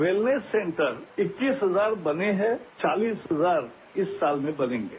wellness centre इक्कीस हजार बने हैं चालीस हजार इस साल में बनेंगे